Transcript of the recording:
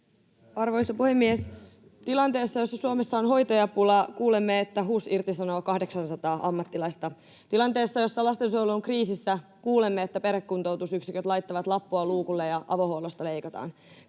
Arvoisa puhemies! Tilanteessa, jossa Suomessa on hoitajapula, kuulemme, että HUS irtisanoo 800 ammattilaista. Tilanteessa, jossa lastensuojelu on kriisissä, kuulemme, että perhekuntoutusyksiköt laittavat lappua luukulle ja avohuollosta leikataan.